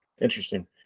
Interesting